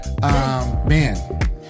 Man